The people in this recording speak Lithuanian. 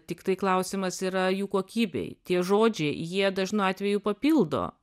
tiktai klausimas yra jų kokybei tie žodžiai jie dažnu atveju papildo